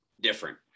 different